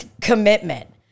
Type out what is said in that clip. commitment